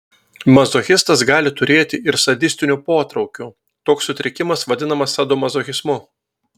mazochistas gali turėti ir sadistinių potraukių toks sutrikimas vadinamas sadomazochizmu